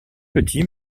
petit